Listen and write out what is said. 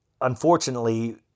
unfortunately